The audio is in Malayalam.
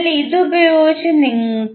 അതിനാൽ ഇതുപയോഗിച്ച് നിങ്ങൾ